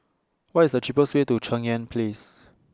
What IS The cheapest Way to Cheng Yan Place